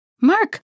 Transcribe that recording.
Mark